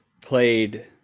played